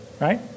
right